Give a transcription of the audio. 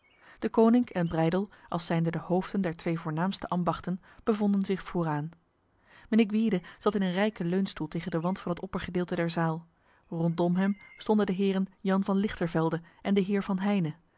deconinck en breydel als zijnde de hoofden der twee voornaamste ambachten bevonden zich vooraan mijnheer gwyde zat in een rijke leunstoel tegen de wand van het oppergedeelte der zaal rondom hem stonden de heren jan van lichtervelde en de heer van heyne